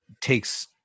takes